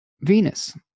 Venus